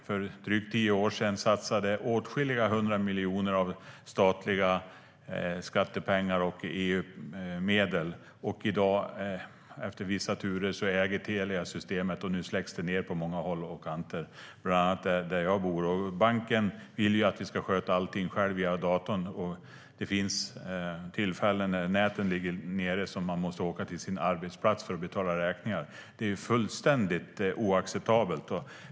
För drygt tio år sedan satsade vi åtskilliga hundra miljoner av statliga skattepengar och EU-medel, och i dag, efter vissa turer, äger Telia systemet, och nu släcks det ned på många håll och kanter, bland annat där jag bor. Banken vill att vi ska sköta allt via datorn. Men det finns tillfällen då näten ligger nere, så att man måste åka till sin arbetsplats för att betala räkningar. Det är fullständigt oacceptabelt.